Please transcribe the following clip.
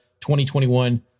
2021